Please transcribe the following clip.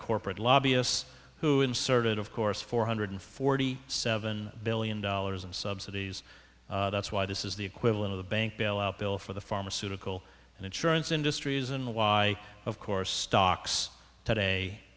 corporate lobbyists who inserted of course four hundred forty seven billion dollars in subsidies that's why this is the equivalent of the bank bailout bill for the pharmaceutical and insurance industries and why of course stocks today